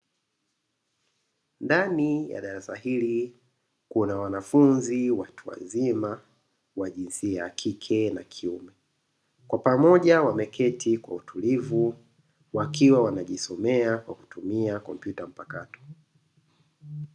Ndani ya darasa hili kuna wanafunzi watu wazima wa jinsia ya kike na kiume, kwa pamoja wameketi kwa utulivu wakiwa wanajisomea kwa kutumia kompyuta mpakato.